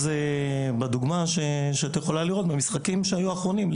לדוגמא, במשחקים האחרונים שהיו